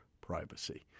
privacy